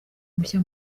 mushya